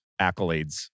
accolades